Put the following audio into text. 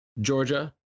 Georgia